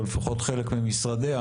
או לפחות חלק ממשרדיה,